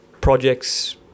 projects